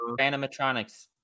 animatronics